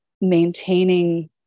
maintaining